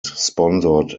sponsored